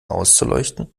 auszuleuchten